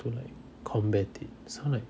to like combat it so like